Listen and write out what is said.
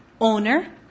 owner